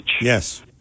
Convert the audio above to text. Yes